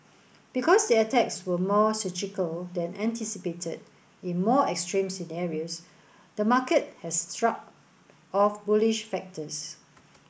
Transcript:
because the attacks were more surgical than anticipated in more extreme scenarios the market has shrugged off bullish factors